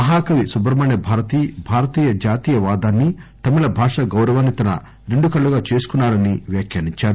మహాకవి సుబ్రహ్మణ్య భారతి భారతీయ స జాతీయ వాదాన్ని తమిళ భాషా గౌరవాన్ని తన రెండు కళ్లుగా చేసుకున్నారని వ్యాఖ్యానించారు